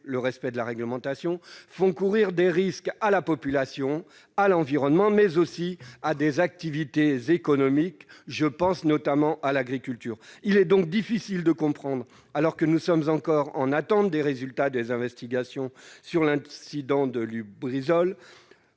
le respect de la réglementation, font courir des risques à la population, à l'environnement, mais aussi à des activités économiques- je pense notamment à l'agriculture. Il est donc difficile de comprendre, alors que nous sommes encore en attente des résultats des investigations sur l'accident de Lubrizol,